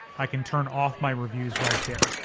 i can turn off my reviews right there.